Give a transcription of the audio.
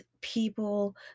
people